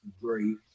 great